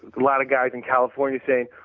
lot of guys in california saying,